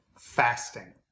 fasting